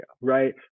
right